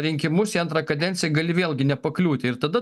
rinkimus į antrą kadenciją gali vėlgi nepakliūti ir tada